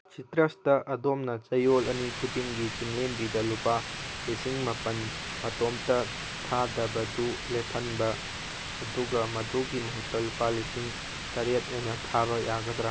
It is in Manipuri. ꯁꯤꯇ꯭ꯔꯁꯇ ꯑꯗꯣꯝꯅ ꯆꯌꯣꯜ ꯑꯅꯤ ꯈꯨꯗꯤꯡꯒꯤ ꯆꯤꯡꯂꯦꯝꯕꯤꯗ ꯂꯨꯄꯥ ꯂꯤꯁꯤꯡ ꯃꯥꯄꯟ ꯃꯇꯣꯝꯇ ꯊꯥꯗꯕꯗꯨ ꯂꯦꯞꯍꯟꯕ ꯑꯗꯨꯒ ꯃꯗꯨꯒꯤ ꯃꯍꯨꯠꯇ ꯂꯨꯄꯥ ꯂꯤꯁꯤꯡ ꯇꯔꯦꯠ ꯑꯣꯏꯅ ꯊꯥꯕ ꯌꯥꯒꯗ꯭ꯔꯥ